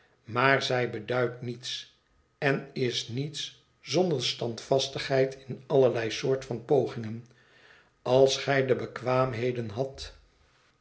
maar zij beduidt niets en is niets zonder standvastigheid in allerlei soort van pogingen als gij de bekwaamheden hadt